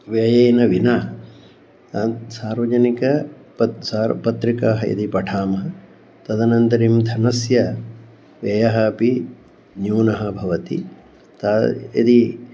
व्ययेन विना सार्वजनिकाः पत्रिकाः यदि पठामः तदनन्तरं धनस्य व्ययः अपि न्यूनः भवति ते यदि